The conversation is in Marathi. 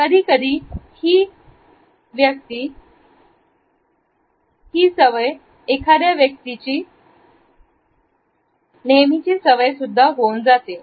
कधी कधी ही एखाद्या व्यक्तीची सवय सुद्धा होऊन जाते